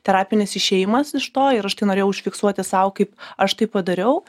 terapinis išėjimas iš to ir aš tai norėjau užfiksuoti sau kaip aš tai padariau